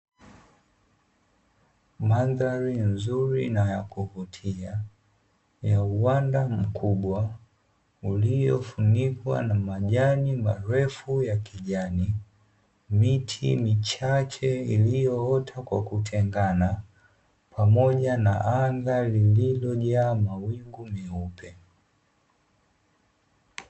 Maandhari nzuri na ya kuvutia ya uwanda mkubwa, uliofunikwa na majani marefu ya kijani, miti michache iliyoota kwa kutengana, pamoja na anga lililojaa mawingu meupe.